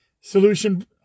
solution